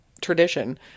tradition